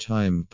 Time